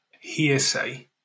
hearsay